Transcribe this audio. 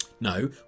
no